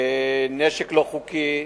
נשק לא חוקי,